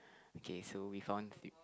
okay so we found